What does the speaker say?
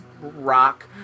rock